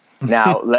Now